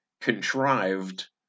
contrived